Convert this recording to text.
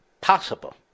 possible